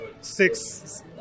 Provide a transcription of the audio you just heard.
six